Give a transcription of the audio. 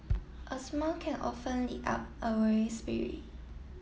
a smile can often lift up a weary spirit